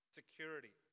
security